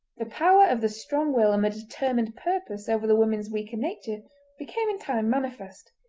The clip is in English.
the power of the strong will and the determined purpose over the woman's weaker nature became in time manifest.